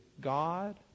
God